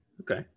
Okay